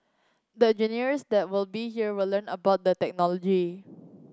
the engineers that will be here will learn about the technology